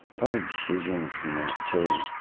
probably decisions and that too,